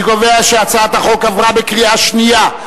אני קובע שהצעת החוק עברה בקריאה שנייה.